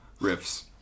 riffs